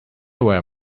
were